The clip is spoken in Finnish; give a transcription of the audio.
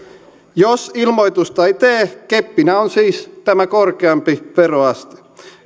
jos ilmoitusta ei tee keppinä on siis tämä korkeampi veroaste